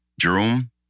Jerome